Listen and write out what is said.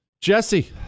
Jesse